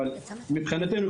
אבל מבחינתנו,